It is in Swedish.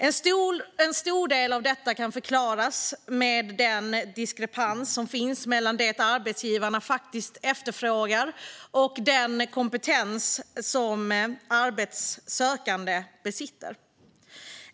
En stor del av detta kan förklaras av den diskrepans som finns mellan det som arbetsgivarna faktiskt efterfrågar och den kompetens som arbetssökande besitter.